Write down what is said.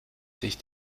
sich